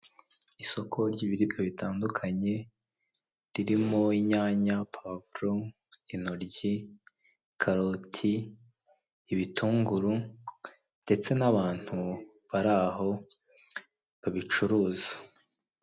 Isoko ry'ibiribwa bitandukanye birimo inyanya, puwavuro, intoryi, karoti, ibitunguru, ndetse n'abantu bari aho babicuruza.